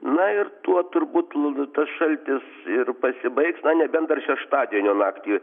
na ir tuo turbūt tas šaltis ir pasibaigs na nebent dar šeštadienio naktį